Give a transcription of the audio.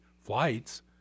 flights